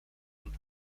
und